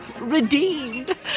redeemed